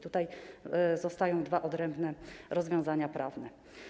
Tutaj zostają dwa odrębne rozwiązania prawne.